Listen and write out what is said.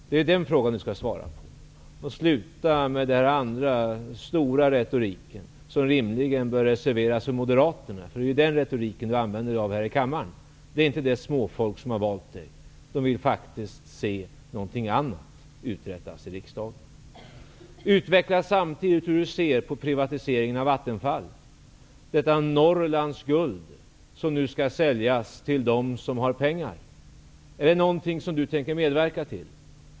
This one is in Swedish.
Det är den fråga Per-Ola Eriksson skall svara på, och sluta med den stora retoriken, som rimligen bör reserveras för moderaterna. Det är den retorik Per-Ola Eriksson använder sig av här i kammaren. Den är inte för det småfolk som har valt Per-Ola Eriksson. De vill faktiskt se någonting annat uträttas i riksdagen. Jag vill att Per-Ola Eriksson samtidigt utvecklar hur han ser på privatiseringen av Vattenfall, på att detta Norrlands guld nu skall säljas till dem som har pengar. Är det någonting som Per-Ola Eriksson tänker medverka till?